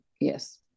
Yes